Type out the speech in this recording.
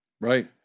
Right